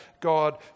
God